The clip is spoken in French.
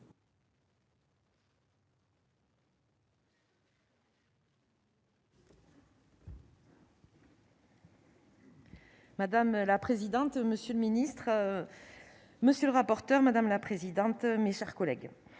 Madame la présidente, monsieur le ministre, monsieur le rapporteur, madame la présidente, mes chers collègues,